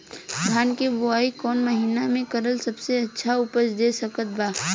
धान के बुआई कौन महीना मे करल सबसे अच्छा उपज दे सकत बा?